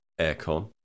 Aircon